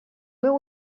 meu